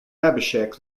abhishek